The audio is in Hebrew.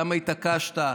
כמה התעקשת.